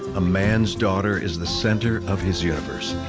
a man's daughter is the center of his universe.